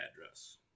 address